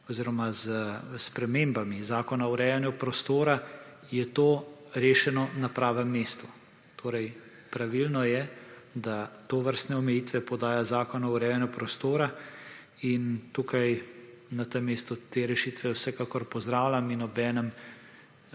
oziroma s spremembi zakona o urejanju prostora je to rešeno na pravem mestu. Torej, pravilno je, da tovrstne omejitve podaja zakon o urejanju prostora. In tukaj na tem mestu te rešitve vsekakor pozdravljam in obenem